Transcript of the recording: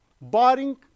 barring